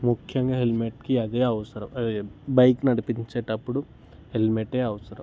ముఖ్యంగా హెల్మెట్కి అదే అవసరం బైక్ నడిపించేటప్పుడు హెల్మెట్టే అవసరం